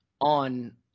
on